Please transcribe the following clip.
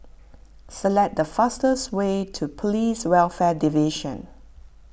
select the fastest way to Police Welfare Division